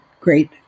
great